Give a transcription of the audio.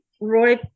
Roy